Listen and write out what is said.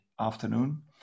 afternoon